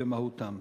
במהותן.